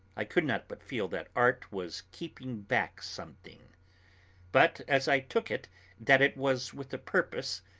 i could not but feel that art was keeping back something but, as i took it that it was with a purpose,